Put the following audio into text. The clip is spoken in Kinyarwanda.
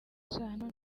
isano